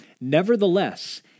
Nevertheless